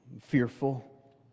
Fearful